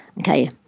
Okay